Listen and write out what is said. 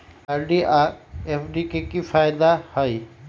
RD आ FD के कि फायदा हई?